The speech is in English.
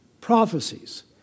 prophecies